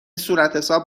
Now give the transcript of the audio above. صورتحساب